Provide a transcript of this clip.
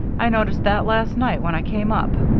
i noticed that last night when i came up.